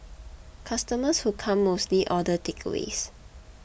customers who come mostly order takeaways